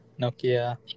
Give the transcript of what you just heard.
Nokia